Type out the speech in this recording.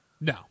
No